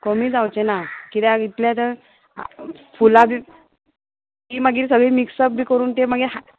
कमी जावचे ना कित्याक इतले आतां फुलां बी ती मागीर सगळीं मिक्सप बी करून ते मागीर